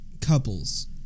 couples